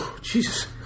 Jesus